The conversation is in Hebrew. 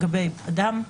לגבי אדם,